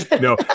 no